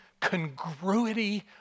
congruity